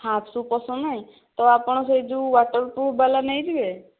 half shoe ପସନ୍ଦ ନାହିଁ ତ ଆପଣ ସେ ଯେଉଁ ୱାଟରପୃଫ ବାଲା ନେଇଯିବେ